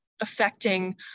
affecting